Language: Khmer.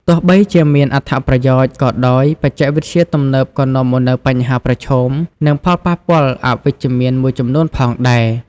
ទោះបីជាមានអត្ថប្រយោជន៍ក៏ដោយ បច្ចេកវិទ្យាទំនើបក៏នាំមកនូវបញ្ហាប្រឈម និងផលប៉ះពាល់អវិជ្ជមានមួយចំនួនផងដែរ។